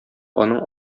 аның